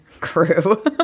crew